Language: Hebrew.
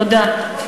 תודה.